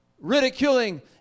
ridiculing